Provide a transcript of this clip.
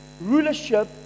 rulership